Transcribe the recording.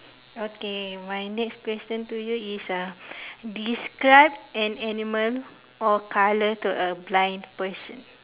okay my next question to you is uh describe an animal or colour to a blind person